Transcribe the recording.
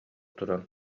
туран